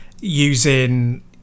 using